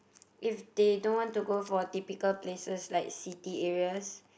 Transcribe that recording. if they don't want to go for typical places like city areas